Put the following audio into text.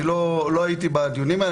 לא הייתי בדיונים האלה,